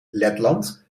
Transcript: letland